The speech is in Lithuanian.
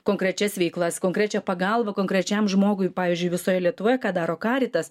konkrečias veiklas konkrečią pagalba konkrečiam žmogui pavyzdžiui visoje lietuvoje ką daro karitas